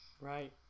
Right